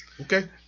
Okay